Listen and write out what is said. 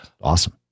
awesome